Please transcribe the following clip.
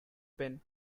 pin